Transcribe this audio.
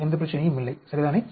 எந்த பிரச்சனையும் இல்லை சரிதானே